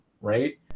right